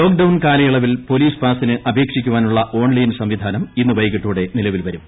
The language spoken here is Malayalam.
ലോക്ക് ഡൌൺ കാലയളവിൽ പ്പോലീസ് പാസ്റ്റിന് അപേക്ഷിക്കാനുള്ള ഓൺല്ലെൻ സംവിധാനം ഇന്ന് വൈകിട്ടോടെ നിലവിൽ പ്രിം